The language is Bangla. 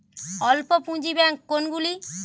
অল্প পুঁজি ব্যাঙ্ক কোনগুলি?